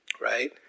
Right